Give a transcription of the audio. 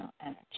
energy